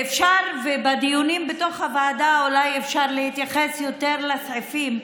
בדיונים בתוך הוועדה אולי אפשר להתייחס יותר לסעיפים,